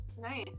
nice